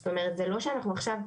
זאת אומרת זה לא שאנחנו עכשיו,